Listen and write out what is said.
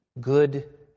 Good